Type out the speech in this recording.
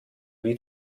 wie